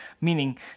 meaning